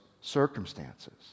circumstances